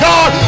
God